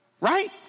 right